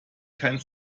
kein